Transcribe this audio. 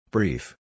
Brief